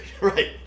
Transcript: Right